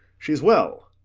she's well,